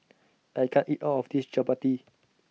I can't eat All of This Chapati